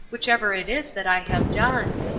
whichever it is that i have done.